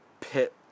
pit